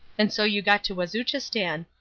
and so you got to wazuchistan.